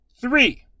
Three